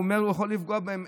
הוא אומר שהוא יכול לפגוע בהם,